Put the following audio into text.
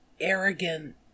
arrogant